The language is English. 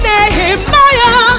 Nehemiah